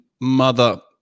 mother